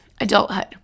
adulthood